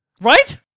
Right